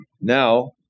now